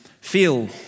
feel